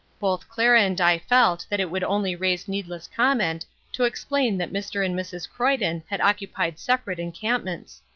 both clara and i felt that it would only raise needless comment to explain that mr. and mrs. croyden had occupied separate encampments.